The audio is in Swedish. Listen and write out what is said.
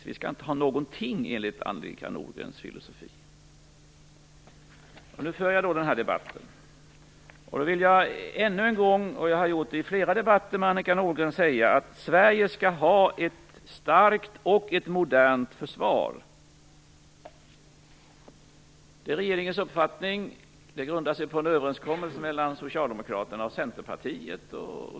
Vi skall inte ha någonting enligt Annika Nordgrens filosofi. Men nu för jag den här debatten. Jag vill ännu en gång säga - och det har jag gjort i flera debatter med Annika Nordgren - att Sverige skall ha ett starkt och modernt försvar. Det är regeringens uppfattning, och den grundar sig på en överenskommelse mellan socialdemokraterna och Centerpartiet.